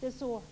det så.